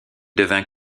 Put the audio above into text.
devint